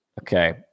Okay